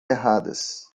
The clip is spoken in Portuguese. erradas